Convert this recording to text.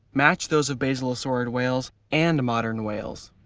match those of basilosaurid whales and modern whales.